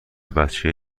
بچه